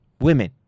women